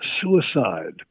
suicide